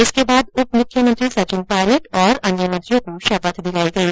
इसके बाद उपमुख्यमंत्री सचिन पायलट तथा अन्य मंत्रियों को शपथ दिलायी गयी